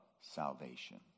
salvation